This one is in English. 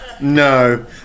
no